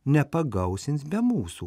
nepagausins be mūsų